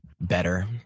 better